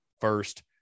first